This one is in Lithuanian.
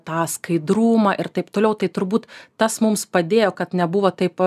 tą skaidrumą ir taip toliau tai turbūt tas mums padėjo kad nebuvo taip